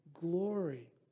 glory